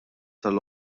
tal